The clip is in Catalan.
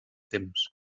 temps